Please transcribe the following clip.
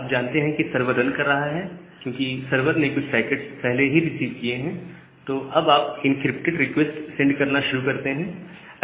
आप जानते हैं कि सर्वर रन कर रहा है क्योंकि सर्वर ने कुछ पैकेट्स पहले ही रिसीव किए हैं तो अब आप इंक्रिप्टेड रिक्वेस्ट सेंड करना शुरू कर सकते हैं